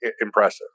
impressive